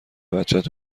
بچت